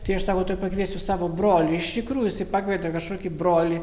tai aš sako tuoj pakviesiu savo brolį iš tikrųjų jisai pakvietė kažkokį brolį